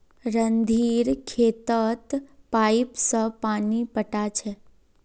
रणधीर खेतत पाईप स पानी पैटा छ